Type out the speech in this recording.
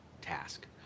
task